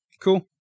Cool